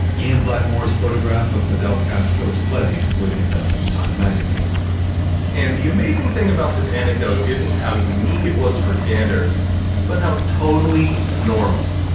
ian blackmore's photograph of fidel castro sledding would end up in time magazine and the amazing thing about this anecdote isn't how unique it was for gander but how totally normal.